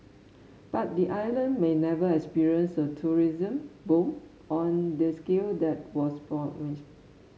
but the island may never experience a tourism boom on the scale that was promised